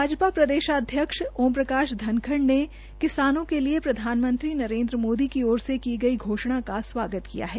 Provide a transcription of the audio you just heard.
भाजपा प्रदेशाध्यक्ष ओम प्रकाश धनखड़ ने किसानों के लिए प्रधानमंत्री नरेन्द्र मोदी की ओर से की गई घोषणा का स्वागत किया है